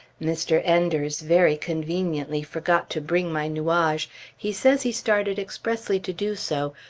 mr. enders very conveniently forgot to bring my nuage. he says he started expressly to do so,